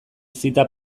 zita